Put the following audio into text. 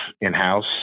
in-house